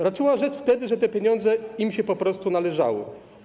Raczyła rzec wtedy, że te pieniądze ministrom się po prostu należały.